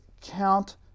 count